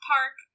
Park